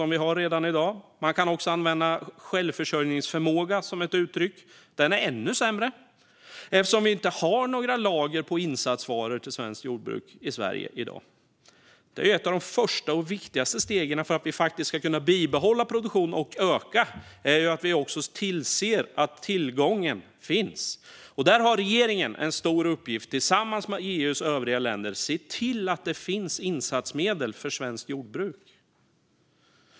Man kan också använda uttrycket självförsörjningsförmåga. Den är ännu sämre, eftersom vi i dag inte har några lager av insatsvaror till svenskt jordbruk. Ett av de första och viktigaste stegen för att vi ska kunna bibehålla och öka produktionen är att tillse att det finns tillgång på insatsvaror. Regeringen har tillsammans med EU:s övriga länder en stor uppgift i att se till att det finns insatsmedel för svenskt jordbruk.